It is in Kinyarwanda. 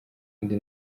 indi